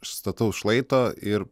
stataus šlaito ir